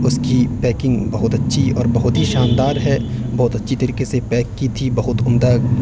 اس کی پیکنگ بہت اچھی اور بہت ہی شاندار ہے بہت اچھی طریقے سے پیک کی تھی بہت عمدہ